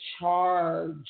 charge